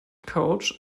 coach